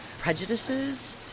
prejudices